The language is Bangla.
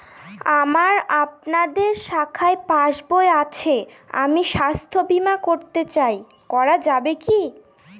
আমার আপনাদের শাখায় পাসবই আছে আমি স্বাস্থ্য বিমা করতে চাই করা যাবে কি?